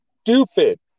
stupid